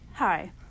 Hi